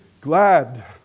glad